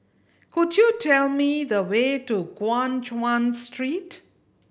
could you tell me the way to Guan Chuan Street